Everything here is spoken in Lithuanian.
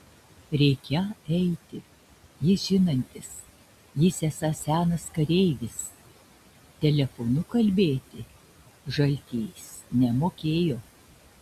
reikią eiti jis žinantis jis esąs senas kareivis telefonu kalbėti žaltys nemokėjo